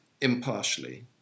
impartially